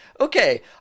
okay